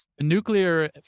nuclear